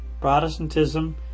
Protestantism